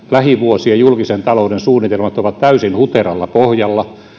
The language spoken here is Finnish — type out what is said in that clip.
lähivuosien julkisen talouden suunnitelmat ovat täysin huteralla pohjalla